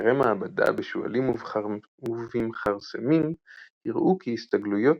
מחקרי מעבדה בשועלים ובמכרסמים הראו כי הסתגלויות